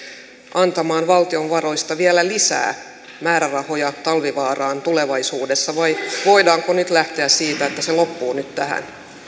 antamaan valtion varoista vielä lisää määrärahoja talvivaaraan tulevaisuudessa vai voidaanko nyt lähteä siitä että se loppuu nyt tähän